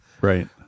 Right